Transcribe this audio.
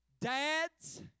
Dads